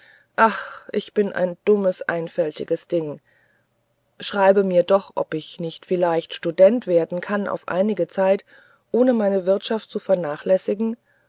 ach ich bin ein dummes einfältiges ding schreibe mir doch ob ich nicht vielleicht student werden kann auf einige zeit ohne meine wirtschaft zu vernachlässigen